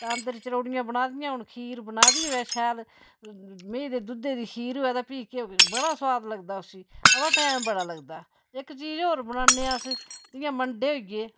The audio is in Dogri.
तां अंदर चरोड़ियां बनाई दियां होन खीर बनाई दी होऐ शैल मेहीं दे दुद्ध दी खीर होऐ ते फ्ही बड़ा सुआद लगदा उसी अवा टैम बड़ा लगदा इक चीज़ होर बनान्ने अस जियां मंडे होई गे